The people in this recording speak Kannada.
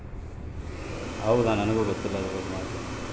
ಕಡಲೆಕಾಯಿ ಗೂಬರ್ ಪಿಂಡಾರ್ ಮಂಕಿ ನಟ್ ಎಂದೂ ಕರೆಯಲ್ಪಡುವ ದ್ವಿದಳ ಧಾನ್ಯದ ಬೆಳೆ